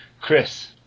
Chris